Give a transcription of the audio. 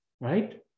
right